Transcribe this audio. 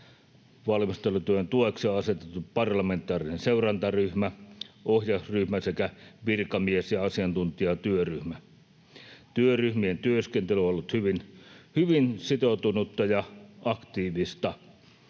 Valmistelutyön tueksi on asetettu parlamentaarinen seurantaryhmä, ohjausryhmä sekä virkamies- ja asiantuntijatyöryhmä. Työryhmien työskentely on ollut hyvin sitoutunutta ja aktiivista.